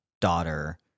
daughter